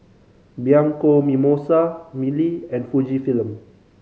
Bianco Mimosa Mili and Fujifilm